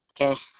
Okay